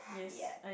ya